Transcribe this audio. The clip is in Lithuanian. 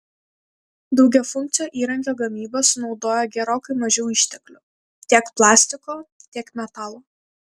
daugiafunkcio įrankio gamyba sunaudoja gerokai mažiau išteklių tiek plastiko tiek metalo